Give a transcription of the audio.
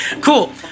Cool